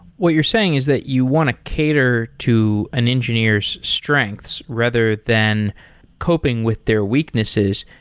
what you're saying is that you want to cater to an engineer's strengths rather than coping with their weaknesses.